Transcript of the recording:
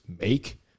make